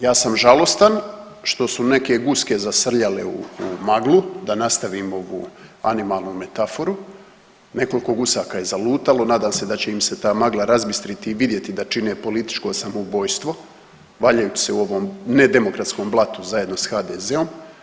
Ja sam žalostan što su neke guske zasrljale u maglu da nastavim ovu animalnu metaforu, nekoliko gusaka je zalutalo, nadam se da će im se ta magla razbistriti i vidjeti da čine političko samoubojstvo valjajući se u ovom nedemokratskom blatu zajedno s HDZ-om.